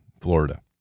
Florida